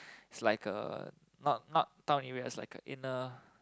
is like a not not town area is like a inner